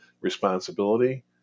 responsibility